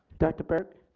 director burke.